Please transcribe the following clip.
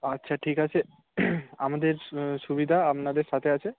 আচ্ছা ঠিক আছে আমাদের সুবিধা আপনাদের সাথে আছে